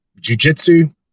jujitsu